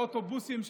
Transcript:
באוטובוסים,